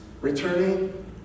returning